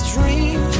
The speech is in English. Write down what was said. Dream